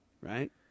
right